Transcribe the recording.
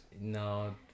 No